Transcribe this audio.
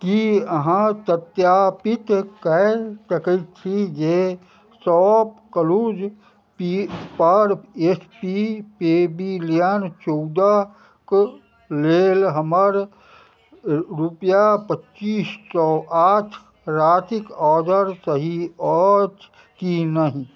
कि अहाँ सत्यापित कै सकै छी जे शॉपक्लूज पी पर एस पी पवेलियन चौदहके लेल हमर रुपैआ पच्चीस सओ आठ रातिके ऑडर सही अछि कि नहि